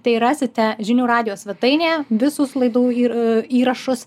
tai rasite žinių radijo svetainėje visus laidų įr įrašus